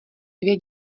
dvě